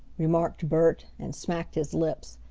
remarked bert, and smacked his lips.